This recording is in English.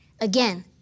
again